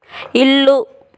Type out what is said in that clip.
ఇల్లు